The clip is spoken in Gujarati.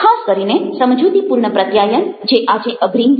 ખાસ કરીને સમજૂતીપૂર્ણ પ્રત્યાયન જે આજે અગ્રીમ છે